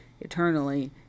eternally